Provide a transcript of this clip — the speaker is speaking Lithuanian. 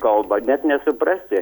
kalba net nesuprasi